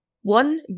One